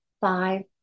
five